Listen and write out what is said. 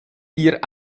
ihr